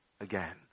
again